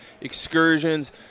excursions